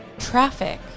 traffic